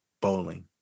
bowling